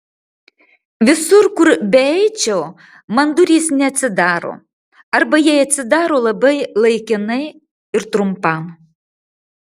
visur kur beeičiau man durys neatsidaro arba jei atsidaro labai laikinai ir trumpam